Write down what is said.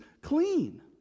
clean